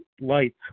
lights